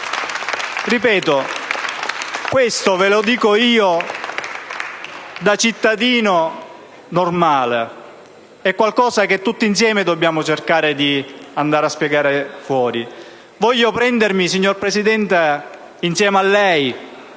Questo ve lo dico io, da cittadino normale: è qualcosa che tutti insieme dobbiamo cercare di andare a spiegare fuori. Voglio prendermi, signor Presidente, insieme a lei